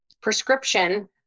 prescription